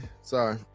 Sorry